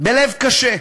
בלב קשה.